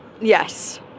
Yes